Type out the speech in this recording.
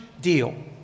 deal